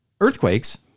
earthquakes